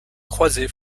croisées